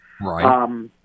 Right